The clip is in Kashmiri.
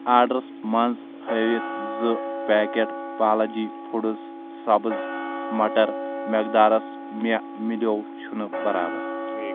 آڈرس منٛز ہٲیِتھ زٕ پیکیٚٹ بالاجی فُڈس سبٕز مٹر مٮ۪قدارس مےٚ مِلیو چھنہٕ برابر